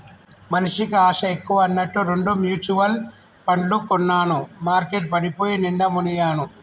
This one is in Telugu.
మనిషికి ఆశ ఎక్కువ అన్నట్టు రెండు మ్యుచువల్ పండ్లు కొన్నాను మార్కెట్ పడిపోయి నిండా మునిగాను